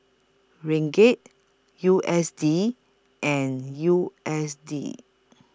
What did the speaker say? Ringgit U S D and U S D